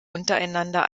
untereinander